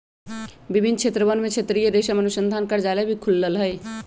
विभिन्न क्षेत्रवन में क्षेत्रीय रेशम अनुसंधान कार्यालय भी खुल्ल हई